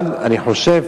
אבל אני חושב